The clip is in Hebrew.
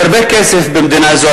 יש הרבה כסף במדינה זו,